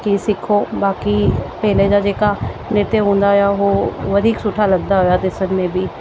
की सिखो बाक़ी पंहिरीं जा जेका नृत्य हुंदा हुया हो वधीक सुठा लगंदा हुया डिसण में बि